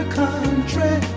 country